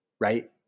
Right